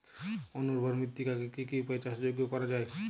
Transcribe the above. অনুর্বর মৃত্তিকাকে কি কি উপায়ে চাষযোগ্য করা যায়?